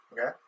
okay